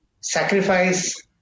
sacrifice